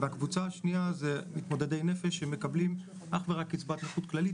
הקבוצה השנייה היא מתמודדי נפש שמקבלים אך ורק קצבת נכות כללית